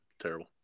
Terrible